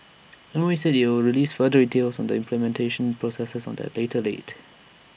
M O E said IT will release further details on the implementation processes on that later date